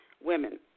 women